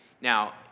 Now